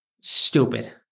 Stupid